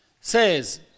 says